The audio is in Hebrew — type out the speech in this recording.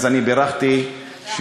אז אני בירכתי אותך,